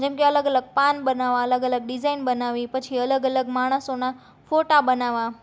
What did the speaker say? જેમ કે અલગ અલગ પાન બનાવવા અલગ અલગ ડિઝાઇન બનાવી પછી અલગ અલગ માણસોના ફોટા બનાવવા